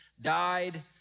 died